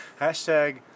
#hashtag